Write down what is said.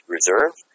Reserve